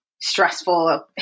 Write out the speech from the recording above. stressful